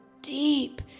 deep